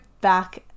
back